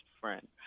friend